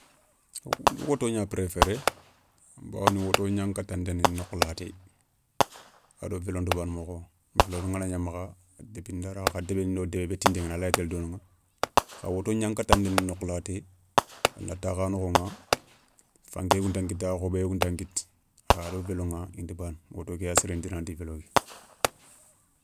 Ndi woto gna préféré, bawoni woto gnan katan déné nokhou laté, ado vélon ta baana mokho, vélo ngana gna makha kha deben do debbe be tinten gueni a lawa télé dono kha woto gna katta ndéné nokhou laté, a na takha nokhoηa fanke yimmé ntankita, khobé yimé ntankita, kha ado véloηa inta bana woto ké ya siréni dinanti vélo ké.